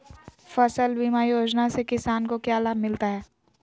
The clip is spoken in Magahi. फसल बीमा योजना से किसान को क्या लाभ मिलता है?